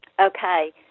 Okay